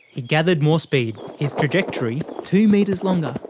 he gathered more speed. his trajectory two metres longer.